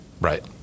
Right